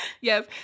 Yes